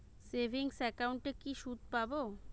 Savings একাউন্টে কি সুদ পাব?